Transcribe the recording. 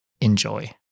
Enjoy